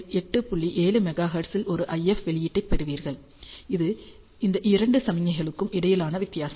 7 மெகா ஹெர்ட்ஸில் ஒரு IF வெளியீட்டைப் பெறுவீர்கள் இது இந்த இரண்டு சமிக்ஞைகளுக்கும் இடையிலான வித்தியாசம்